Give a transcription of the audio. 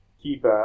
keep